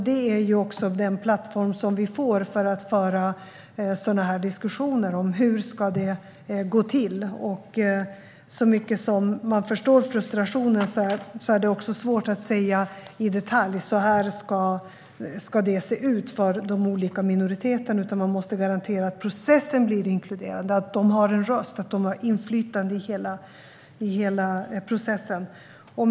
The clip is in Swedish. Det blir en plattform för oss att föra diskussioner om hur arbetet ska gå till. Även om man förstår frustrationen är det svårt att säga i detalj hur processen ska se ut för de olika minoriteterna. Man måste garantera att den blir inkluderande, att de har en röst och ett inflytande i hela processen.